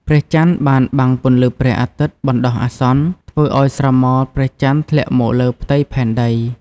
ព្រះចន្ទបានបាំងពន្លឺព្រះអាទិត្យបណ្ដោះអាសន្ន ធ្វើឲ្យស្រមោលព្រះចន្ទធ្លាក់មកលើផ្ទៃផែនដី ។